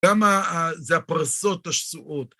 כמה זה הפרסות השסועות?